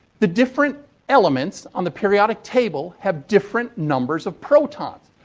the different elements on the periodic table have different numbers of protons.